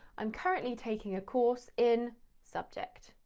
i'm currently taking a course in subject.